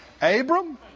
Abram